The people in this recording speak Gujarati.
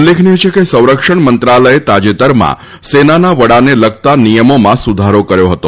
ઉલ્લેખનીય છે કે સંરક્ષણ મંત્રાલયે તાજેતરમાં સેનાના વડાને લગતા નિયમોમાં સુધારો કર્યો હતો